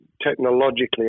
technologically